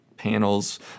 panels